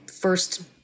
first